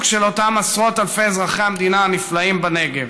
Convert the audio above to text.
של אותם עשרות אלפי אזרחי המדינה הנפלאים שבנגב,